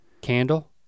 Candle